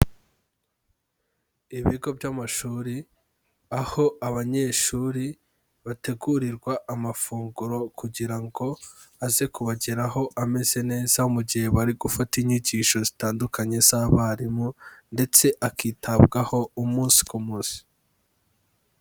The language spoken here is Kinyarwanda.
Ibigo by'amashuri aho abanyeshuri bategurirwa amafunguro kugira ngo aze kubageraho ameze neza mu gihe bari gufata inyigisho zitandukanye z'abarimu ndetse akitabwaho umunsi ku munsi.